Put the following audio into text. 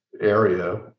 area